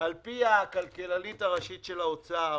על פי הכלכלנית הראשית של האוצר,